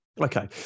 Okay